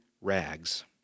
rags